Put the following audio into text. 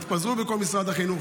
שהתפזרו בכל משרד החינוך.